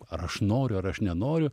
ar aš noriu ar aš nenoriu